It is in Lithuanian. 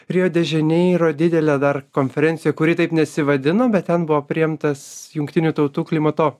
rio de žaneiro didelę dar konferenciją kuri taip nesivadino bet ten buvo priimtas jungtinių tautų klimato